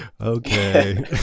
Okay